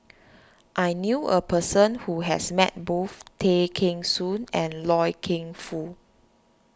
I knew a person who has met both Tay Kheng Soon and Loy Keng Foo